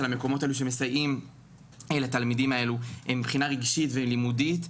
המקומות האלו שמסייעים לתלמידים האלו מבחינה רגשית ולימודית.